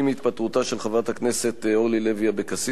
עם התפטרותה של חברת הכנסת אורלי לוי אבקסיס